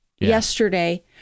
Yesterday